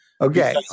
Okay